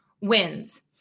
wins